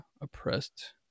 oppressed